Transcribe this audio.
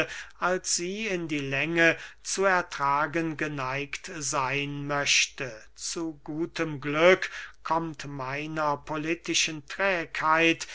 als sie in die länge zu ertragen geneigt seyn möchte zu gutem glück kommt meiner politischen trägheit